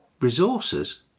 Resources